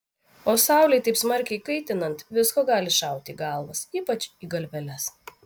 o saulei taip smarkiai kaitinant visko gali šauti į galvas ypač į galveles